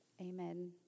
Amen